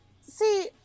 See